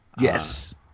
Yes